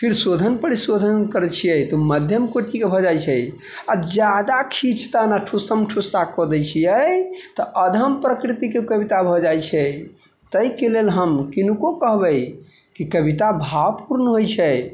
फिर शोधन परिशोधन करै छियै तऽ माध्यम कोटिके भऽ जाइ छै आओर जादा खीञ्चतान आओर ठूसम ठूसा कऽ दै छियै तऽ अधम प्रवृतिके कविता भऽ जाइ छै ताहिके लेल हम किनको कहबै की कविता भावपूर्ण होइ छै